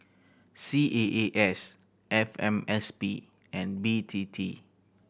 C A A S F M S P and B T T